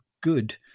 good